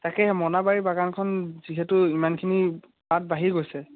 তাকেহে মোনাবাৰী বাগানখন যিহেতু ইমানখিনি পাত বাঢ়ি গৈছে